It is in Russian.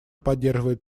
поддерживает